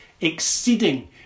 exceeding